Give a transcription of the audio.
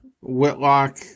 Whitlock